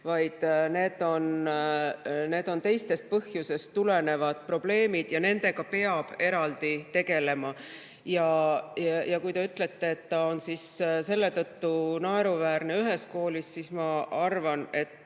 vaid need on teistest põhjustest tulenevad probleemid ja nendega peab eraldi tegelema. Ja kui te ütlete, et laps on selle tõttu naeruväärne ühes koolis, siis ma arvan, et